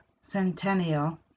Centennial